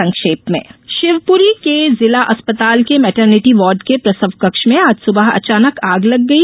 संक्षिप्त समाचार शिवपूरी के जिला अस्पताल के मेटरनिटी वार्ड के प्रसव कक्ष में आज सुबह अचानक आग लग गई